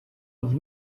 els